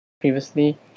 previously